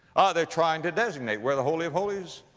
they're trying to designate where the holy of holies,